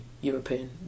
European